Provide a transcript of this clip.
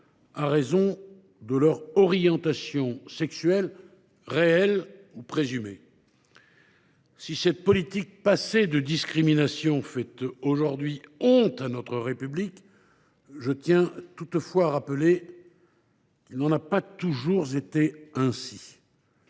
en raison de leur orientation sexuelle réelle ou présumée. Si cette politique passée de discriminations fait aujourd’hui honte à notre République, je tiens à rappeler qu’il n’en a pas toujours été ainsi.